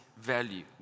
value